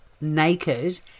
naked